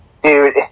Dude